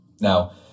Now